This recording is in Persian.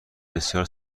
بسیار